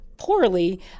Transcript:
poorly